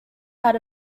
had